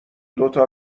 دوتا